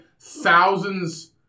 thousands